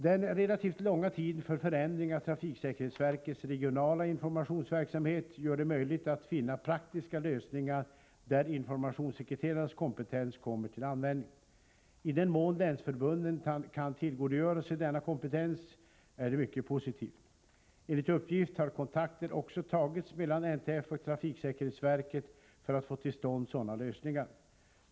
Den relativt långa tiden för förändring av trafiksäkerhetsverkets regionala informationsverksamhet gör det möjligt att finna praktiska lösningar där informationssekreterarnas kompetens kommer till användning. I den mån länsförbunden kan tillgodogöra sig denna kompetens är detta mycket positivt. Enligt uppgift har kontakter också tagits mellan NTF och trafiksäkerhetsverket för att få till stånd sådana lösningar.